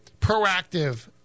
proactive